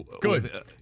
Good